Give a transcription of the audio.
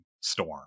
storm